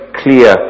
clear